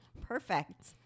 Perfect